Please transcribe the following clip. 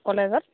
ক'লেজত